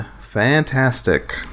fantastic